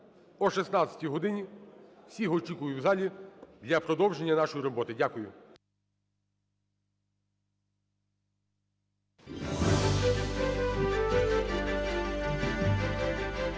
О 16 годині всіх очікую в залі для продовження нашої роботи. Дякую.